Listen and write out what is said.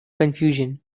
confusion